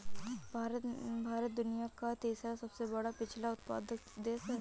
भारत दुनिया का तीसरा सबसे बड़ा मछली उत्पादक देश है